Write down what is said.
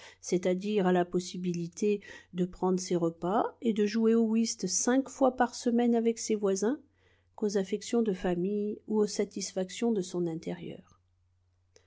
c'est-à-dire à la possibilité de prendre ses repas et de jouer au whist cinq fois par semaine avec ses voisins qu'aux affections de famille ou aux satisfactions de son intérieur